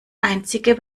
einzige